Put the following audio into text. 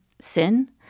sin